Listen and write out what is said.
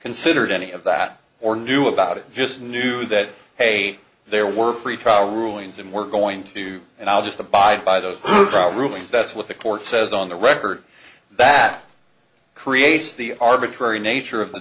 considered any of that or knew about it just knew that there were pretrial rulings and we're going to and i'll just abide by those rulings that's what the court says on the record that creates the arbitrary nature of the